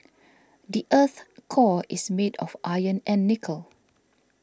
the earth's core is made of iron and nickel